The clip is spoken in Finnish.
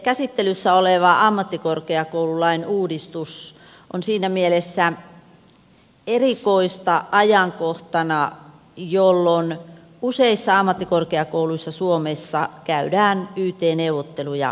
käsittelyssä oleva ammattikorkeakoululain uudistus on erikoinen ajankohtana jolloin useissa ammattikorkeakouluissa suomessa käydään yt neuvotteluja parasta aikaa